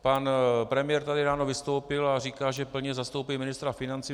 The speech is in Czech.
Pan premiér tady ráno vystoupil a říkal, že plně zastoupí ministra financí.